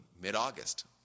Mid-August